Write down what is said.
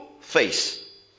face